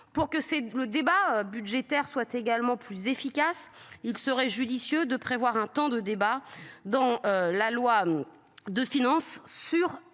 Pour que c'est le débat budgétaire soit également plus efficace, il serait judicieux de prévoir un temps de débat dans la loi de finances sur